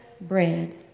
bread